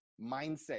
mindset